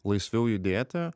laisviau judėti